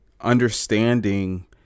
understanding